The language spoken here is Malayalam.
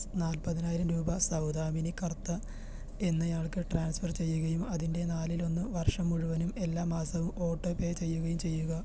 നാൽപ്പതിനായിരം രൂപ സൗദാമിനി കർത്ത എന്നയാൾക്ക് ട്രാൻസ്ഫർ ചെയ്യുകയും അതിൻ്റെ നാലിലൊന്ന് വർഷം മുഴുവനും എല്ലാ മാസവും ഓട്ടോപേ ചെയ്യുകയും ചെയ്യുക